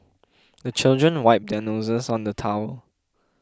the children wipe their noses on the towel